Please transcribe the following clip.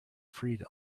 freedom